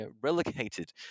relegated